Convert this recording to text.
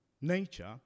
nature